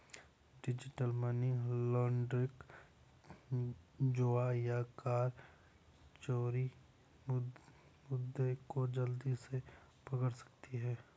digital money laundering, जुआ या कर चोरी मुद्दे को जल्दी से पकड़ सकती है